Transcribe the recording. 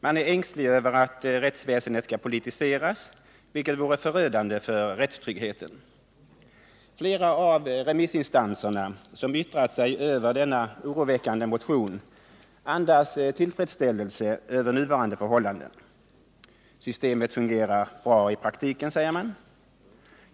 Man: är ängslig för att rättsväsendet skall politiseras, vilket vore förödande för rättstryggheten. Flera av de remissinstanser som yttrat sig över denna oroväckande motion andas tillfredsställelse övér nuvarande förhållanden. Systemet fungerar bra i praktiken, säger man.